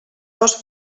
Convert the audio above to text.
dos